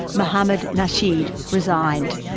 mohamed nasheed, resigned.